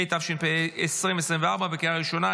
התשפ"ה 2024, לקריאה ראשונה.